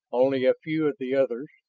only a few of the others,